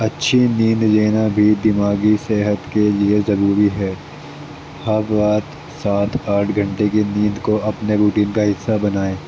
اچھی نیند لینا بھی دماغی صحت کے لیے ضروری ہے ہر رات سات آٹھ گھنٹے کی نیند کو اپنے روٹین کا حصہ بنائیں